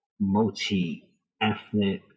multi-ethnic